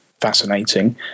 fascinating